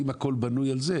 האם הכל בנוי על זה,